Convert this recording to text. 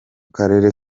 karere